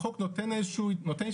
החוק נותן איזה שהיא התייחסות,